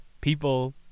people